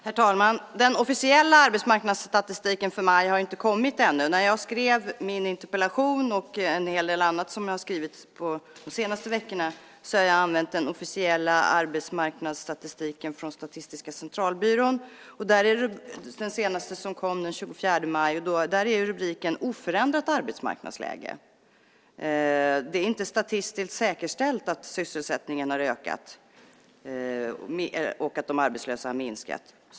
Herr talman! Den officiella arbetsmarknadsstatistiken för maj har inte kommit ännu. När jag skrev min interpellation och en hel del annat som jag har skrivit de senaste veckorna använde jag den officiella arbetsmarknadsstatistiken från Statistiska centralbyrån. Den senaste som kom den 24 maj har rubriken "Oförändrat arbetsmarknadsläge". Det är inte statistiskt säkerställt att sysselsättningen har ökat och att de arbetslösa har minskat.